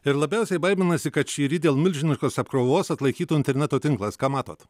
ir labiausiai baiminasi kad šįryt dėl milžiniškos apkrovos atlaikytų interneto tinklas ką matot